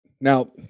now